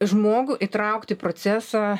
žmogų įtraukti į procesą